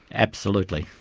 absolutely,